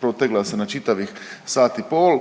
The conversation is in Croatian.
protegla se na čitavih sati i pol